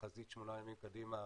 תחזית שמונה ימים קדימה,